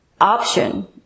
option